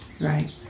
Right